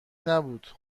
نبود